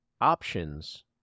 options